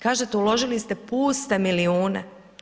Kažete, uložili ste puste milijune.